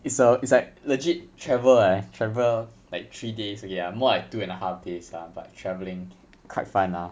it's a it's like legit travel eh travel like three days okay ya more like two and a half days lah but travelling quite fun lah